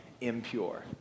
impure